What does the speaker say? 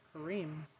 kareem